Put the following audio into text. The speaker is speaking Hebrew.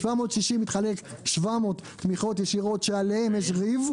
ה-760 מתחלק 700 תמיכות ישירות שעליהן יש ריב,